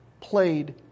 played